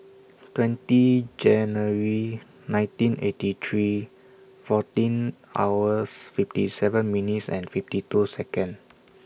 twenty January nineteen eighty three fourteen hours fifty seven minutes and fifty two Second